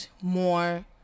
more